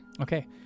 Okay